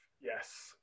Yes